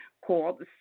called